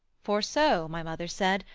for so, my mother said,